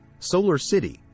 SolarCity